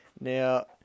Now